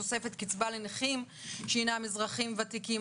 תוספת קצבה לנכים שהנם אזרחים ותיקים,